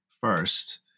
first